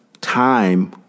time